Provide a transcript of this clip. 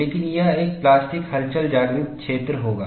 लेकिन यह एक प्लास्टिक हलचल जागृत क्षेत्र होगा